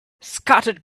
scattered